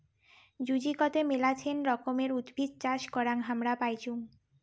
জুচিকতে মেলাছেন রকমের উদ্ভিদ চাষ করাং হামরা পাইচুঙ